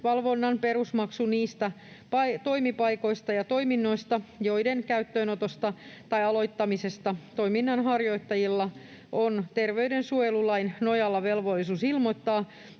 valvonnan perusmaksu niistä toimipaikoista ja toiminnoista, joiden käyttöönotosta tai aloittamisesta toiminnanharjoittajilla on terveydensuojelulain nojalla velvollisuus ilmoittaa